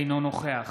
אינו נוכח